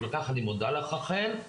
על-כך אני מודה לך, רחל.